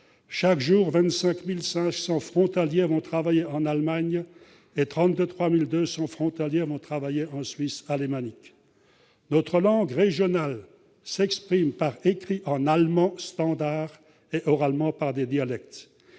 chaque jour, 25 500 frontaliers vont travailler en Allemagne, et 33 200 en Suisse alémanique ; notre langue régionale s'exprime par écrit en allemand standard et oralement par des dialectes.